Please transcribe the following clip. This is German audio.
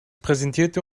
präsentierte